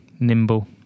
nimble